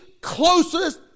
closest